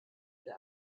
der